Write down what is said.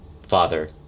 Father